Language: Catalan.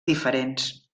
diferents